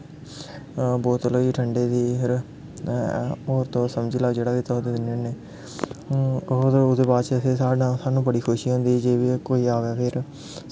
बोतल होई ठंडे दी फिर होर तुस समझी लैओ जेह्ड़ा बी तुस दिन्ने होन्ने होर ओह्दे बाद सानूं बड़ी खुशी होंदी ऐ जेकर कोई आ'वै फिर